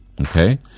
Okay